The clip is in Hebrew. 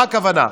מה הכוונה?